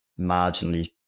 marginally